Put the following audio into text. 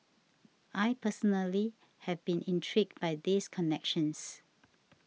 I personally have been intrigued by these connections